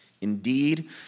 Indeed